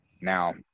Now